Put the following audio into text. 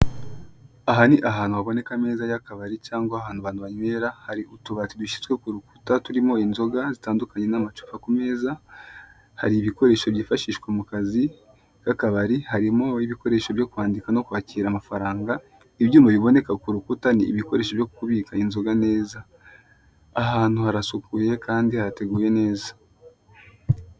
Aha ni ahantu haboneka ameza y'akabari cyangwa ahantu abantu banywera, hari utubati dushyitswe ku rukuta turimo inzoga zitandukanye n'amacupa ku meza, hari ibikoresho byifashishwa mu kazi, ka kabari harimo ibikoresho byo kwandika no kwakira amafaranga, ibyuma biboneka ku rukuta n'ibikoresho byo kubika inzoga neza. Aha hantu harasukuye kandi hateguye neza